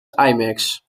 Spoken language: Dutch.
imax